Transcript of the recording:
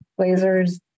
Lasers